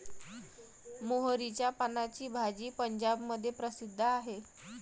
मोहरीच्या पानाची भाजी पंजाबमध्ये प्रसिद्ध आहे